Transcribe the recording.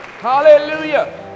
Hallelujah